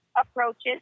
approaches